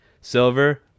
Silver